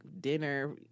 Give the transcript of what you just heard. dinner